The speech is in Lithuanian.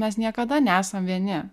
mes niekada nesam vieni